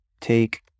Take